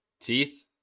teeth